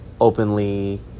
openly